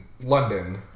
London